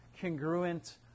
congruent